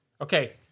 Okay